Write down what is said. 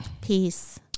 Peace